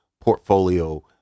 portfolio